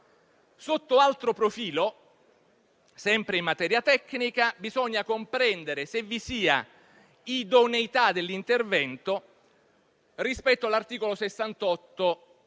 Sotto altro profilo, sempre in materia tecnica, bisogna comprendere se vi sia idoneità dell'intervento rispetto all'articolo 68,